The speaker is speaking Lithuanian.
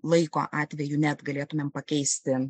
laiko atveju net galėtumėm pakeisti